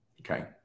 Okay